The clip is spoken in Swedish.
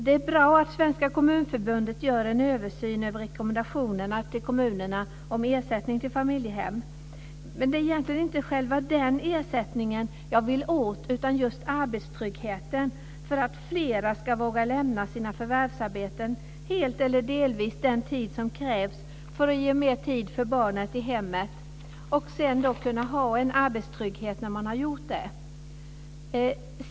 Det är bra att Svenska Kommunförbundet gör en översyn av rekommendationerna till kommunerna om ersättning till familjehem. Men det är egentligen inte själva den ersättningen jag vill åt, utan just arbetstryggheten, för att fler ska våga lämna sina förvärvsarbeten helt eller delvis den tid som krävs för att ge mer tid för barnen i hemmet och sedan kunna ha en arbetstrygghet när man har gjort det.